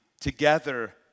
together